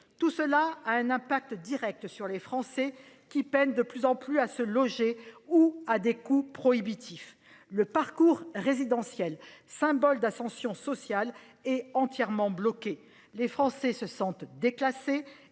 Tout cela a un impact direct sur les Français, qui peinent de plus en plus à se loger ou qui subissent des coûts prohibitifs. Le parcours résidentiel, symbole d'ascension sociale, est bloqué. Les Français se sentent déclassés